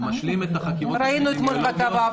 ראינו אתמול כתבה.